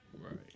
Right